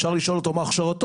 אפשר לשאול אותו מה הכשרתו.